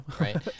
right